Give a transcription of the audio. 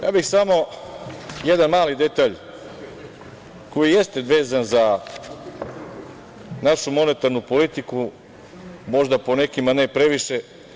Samo bih jedan mali detalj koji jeste vezan za našu monetarnu politiku, možda po nekima ne previše.